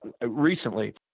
Recently